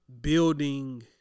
building